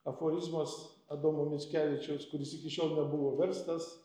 aforizmas adomo mickevičiaus kuris iki šiol nebuvo verstas